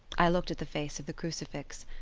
i looked at the face of the crucifix,